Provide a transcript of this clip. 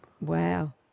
Wow